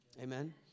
Amen